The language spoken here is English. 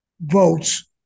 votes